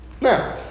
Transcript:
Now